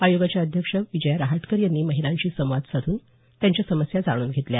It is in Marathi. आयोगाच्या अध्यक्ष विजया रहाटकर यांनी महिलांशी संवाद साधून त्यांच्या समस्या जाणून घेतल्या